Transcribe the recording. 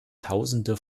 tausende